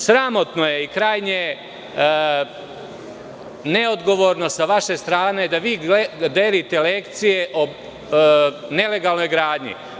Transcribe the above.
Sramotno je i krajnje neodgovorno sa vaše strane da vi delite lekcije o nelegalnoj gradnji.